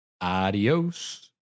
Adios